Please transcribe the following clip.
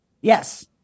Yes